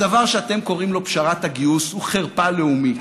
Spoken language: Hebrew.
הדבר שאתם קוראים לו פשרת הגיוס הוא חרפה לאומית.